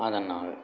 அதனால்